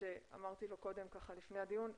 שאמרתי לו קודם לפני הדיון,